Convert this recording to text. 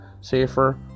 safer